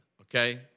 okay